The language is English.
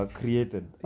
created